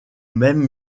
même